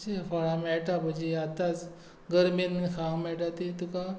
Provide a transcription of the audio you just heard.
जी फळां मेळटा पळय ती आतांच गरमेन खावंक मेळटा ती तुका